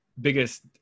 biggest